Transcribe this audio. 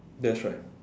that's right